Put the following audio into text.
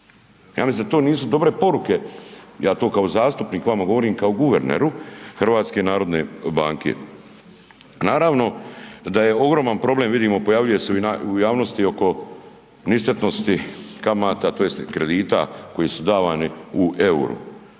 Ja mislim da to nisu dobre poruke, ja to kao zastupnik vama govorim kao guverneru HNB-a. Naravno da je ogroman problem vidimo pojavljuje se i u javnosti oko ništetnosti kamata tj. kredita koji su davani u EUR-u.